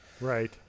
Right